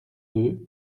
deux